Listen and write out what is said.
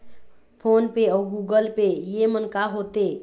Phone पे अउ Google Pay येमन का होते?